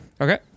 Okay